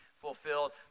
fulfilled